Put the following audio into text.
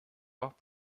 rares